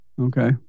Okay